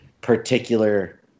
particular